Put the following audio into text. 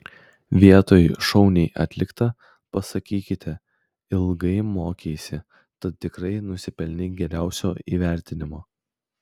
vietoj šauniai atlikta pasakykite ilgai mokeisi tad tikrai nusipelnei geriausio įvertinimo